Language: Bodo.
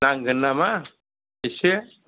नांगोन नामा एसे